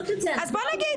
אז בוא נגיד,